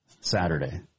Saturday